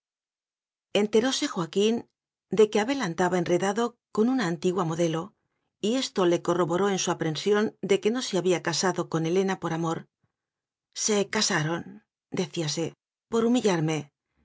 reflexivo entelóse joaquín de que abel andaba en redado con una antigua modelo y esto le co rroboró en su aprensión de que no se había casado con helena por amor se casaron decíasepor humillarme